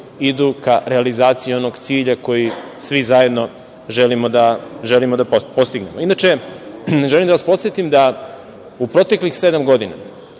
idu ka realizaciji onog cilja koji svi zajedno želimo da postignemo. Inače, želim da vas podsetim da u proteklih sedam godina,